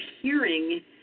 hearing